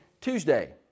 Tuesday